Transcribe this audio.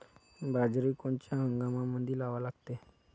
बाजरी कोनच्या हंगामामंदी लावा लागते?